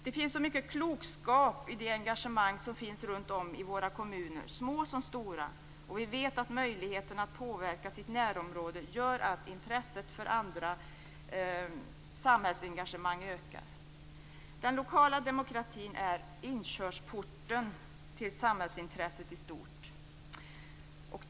Det finns så mycket klokskap i engagemanget runtom i våra kommuner, såväl små som stora. Vi vet att möjligheterna att påverka sitt närområde gör att intresset för andra samhällsengagemang ökar. Den lokala demokratin är inkörsporten till samhällsintresset i stort.